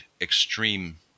extreme